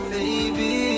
Baby